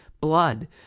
blood